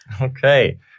Okay